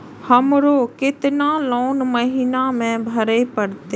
हमरो केतना लोन महीना में भरे परतें?